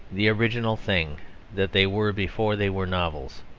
the original thing that they were before they were novels.